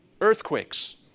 earthquakes